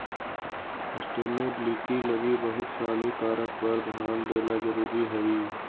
sustainability लगी बहुत सानी कारक पर ध्यान देला जरुरी हई